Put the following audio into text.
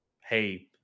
hey